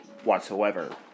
whatsoever